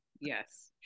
Yes